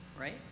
right